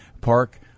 park